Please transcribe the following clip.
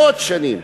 מאות שנים.